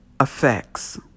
effects